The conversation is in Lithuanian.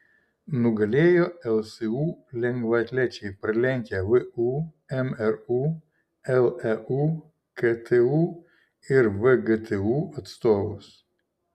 nugalėjo lsu lengvaatlečiai pralenkę vu mru leu ktu ir vgtu atstovus